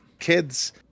Kids